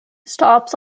stops